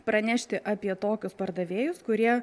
pranešti apie tokius pardavėjus kurie